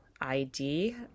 ID